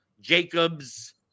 Jacobs